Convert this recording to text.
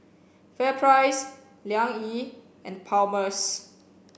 FairPrice Liang Yi and Palmer's